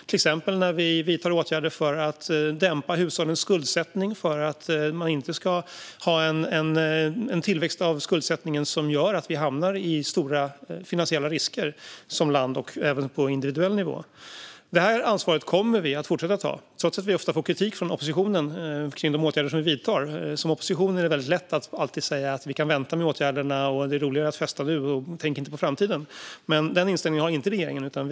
Till exempel vidtar vi åtgärder för att dämpa hushållens skuldsättning för att man inte ska ha en tillväxt av skuldsättningen som gör att vi hamnar i stora finansiella risker som land och även på individnivå. Detta ansvar kommer vi att fortsätta ta, trots att vi ofta får kritik från oppositionen för de åtgärder vi vidtar. Som opposition är det väldigt lätt att alltid säga: Vi kan vänta med åtgärderna, det är roligare att festa nu, tänk inte på framtiden. Den inställningen har inte regeringen.